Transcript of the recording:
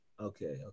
okay